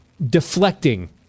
deflecting